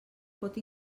pot